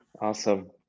Awesome